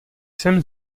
jsem